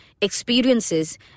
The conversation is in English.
experiences